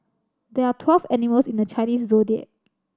there are twelve animals in the Chinese Zodiac